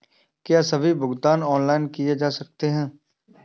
क्या सभी भुगतान ऑनलाइन किए जा सकते हैं?